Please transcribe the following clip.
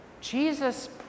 Jesus